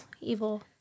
evil